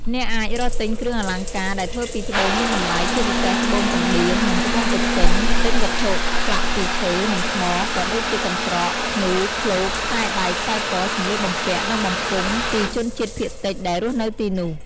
អ្នកអាចរកទិញគ្រឿងអលង្ការដែលធ្វើពីត្បូងមានតម្លៃ ជាពិសេសត្បូងកណ្ដៀង និងត្បូងទទឹម ទិញវត្ថុឆ្លាក់ពីឈើ និងថ្ម ក៏ដូចជាកន្ត្រក ធ្នូ ឃ្លោក ខ្សែដៃ ខ្សែក សម្លៀកបំពាក់ និងបំពង់ពីជនជាតិភាគតិចដែលរស់នៅទីនោះ។